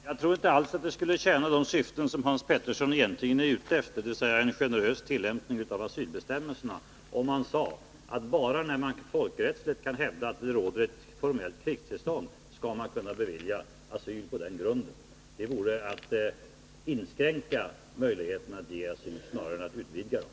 Herr talman! Jag tror inte alls att det skulle tjäna de syften som Hans Petersson i Hallstahammar egentligen har — dvs. att uppnå en generös tillämpning av asylbestämmelserna — om man sade, att bara när det folkrättsligt kan hävdas att det råder formellt krigstillstånd skall asyl kunna beviljas på den grunden. Det vore att inskränka möjligheterna att ge asyl snarare än att utvidga dem.